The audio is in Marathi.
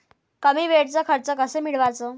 कमी वेळचं कर्ज कस मिळवाचं?